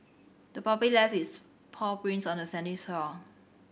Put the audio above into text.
the puppy left its paw prints on the sandy shore